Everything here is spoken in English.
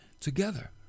together